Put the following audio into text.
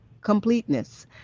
completeness